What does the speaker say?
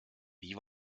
wie